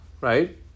right